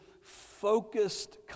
focused